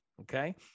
okay